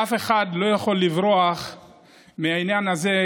אף אחד לא יכול לברוח מהעניין הזה,